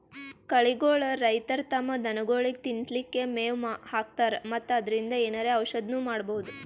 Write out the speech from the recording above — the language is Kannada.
ಕಳಿಗೋಳ್ ರೈತರ್ ತಮ್ಮ್ ದನಗೋಳಿಗ್ ತಿನ್ಲಿಕ್ಕ್ ಮೆವ್ ಹಾಕ್ತರ್ ಮತ್ತ್ ಅದ್ರಿನ್ದ್ ಏನರೆ ಔಷದ್ನು ಮಾಡ್ಬಹುದ್